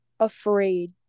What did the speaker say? afraid